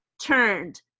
turned